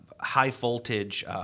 high-voltage